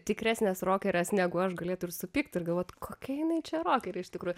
tikresnės rokerės negu aš galėtų ir supykt ir galvot kokia jinai čia rokerė iš tikrųjų